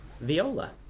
viola